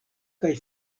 kaj